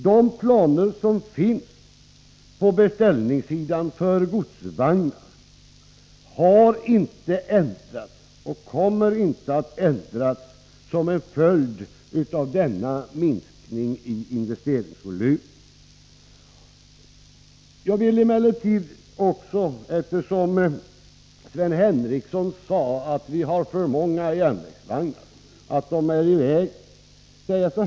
De planer som på beställningssidan finns för godsvagnar har inte ändrats och kommer inte att ändras som en följd av denna minskning i investeringsvolymen. Sven Henricsson sade att vi har för många järnvägsvagnar och att de är i vägen.